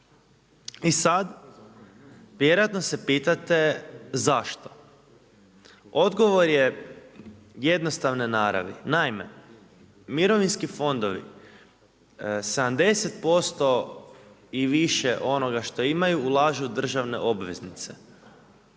I sad, vjerojatno se pitate zašto. Odgovor je jednostavne naravi. Naime, mirovinski fondovi 70% i više onoga što imaju ulažu u državne obveznice,